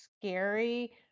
scary